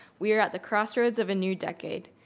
we are at the crossroads of a new decade.